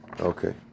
Okay